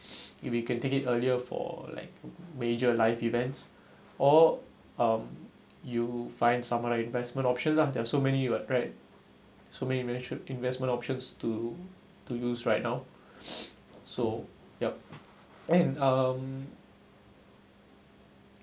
if you can take it earlier for like major life events or um you find some other investment options lah there are so many so many invest~ investment options to to use right now so yup and um